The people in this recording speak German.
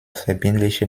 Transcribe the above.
verbindliche